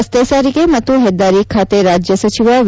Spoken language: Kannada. ರಸ್ತೆ ಸಾರಿಗೆ ಮತ್ತು ಹೆದ್ದಾರಿ ಖಾತೆ ರಾಜ್ಯ ಸಚಿವ ವಿ